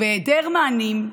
בהיעדר מענים,